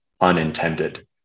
unintended